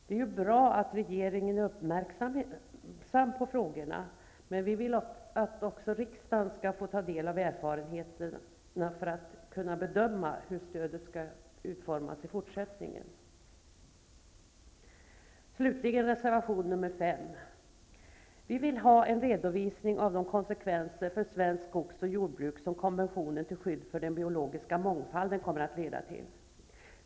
Det är bra att regeringen är uppmärksam på dessa frågor, men vi vill att även riksdagen skall få ta del av erfarenheterna för att rätt kunna bedöma hur stödet skall utformas i fortsättningen. Slutligen till reservation 5. Vi vill ha en redovisning av de konsekvenser för svenskt skogs och jordbruk som konventionen till skydd för den biologiska mångfalden kommer att leda till.